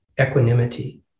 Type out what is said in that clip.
equanimity